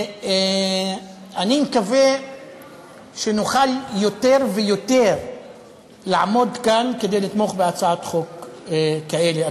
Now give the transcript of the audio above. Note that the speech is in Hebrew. ואני מקווה שנוכל יותר ויותר לעמוד כאן כדי לתמוך בהצעות חוק כאלה,